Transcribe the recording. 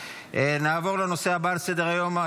נעבור לנושא הבא על סדר-היום,